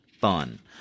fun